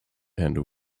and